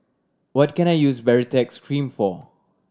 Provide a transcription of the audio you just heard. what can I use Baritex Cream for